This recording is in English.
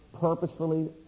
purposefully